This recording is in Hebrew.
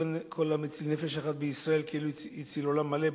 כל המציל נפש אחת בישראל כאילו הציל עולם מלא.